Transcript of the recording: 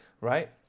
right